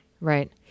Right